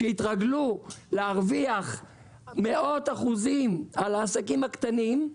שהתרגלו להרוויח מאות אחוזים על העסקים הקטנים,